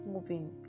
moving